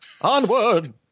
Onward